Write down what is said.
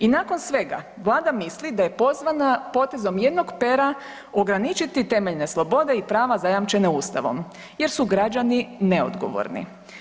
I nakon svega Vlada misli da je pozvana potezom jednog pera ograničiti temeljne slobode i prava zajamčena Ustavom jer su građani neodgovorni.